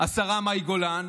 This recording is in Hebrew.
השרה מאי גולן,